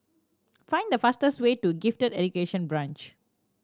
find the fastest way to Gifted Education Branch